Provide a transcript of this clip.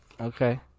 Okay